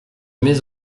mets